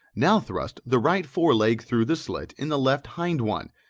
now thrust the right fore-leg through the slit in the left hind one,